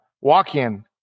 walk-in